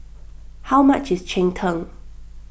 how much is Cheng Tng